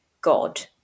god